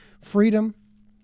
Freedom